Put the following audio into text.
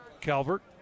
Calvert